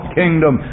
kingdom